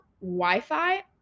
Wi-Fi